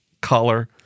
color